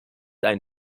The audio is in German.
ein